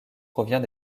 provient